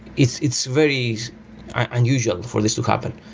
it's it's very unusual for this to happen.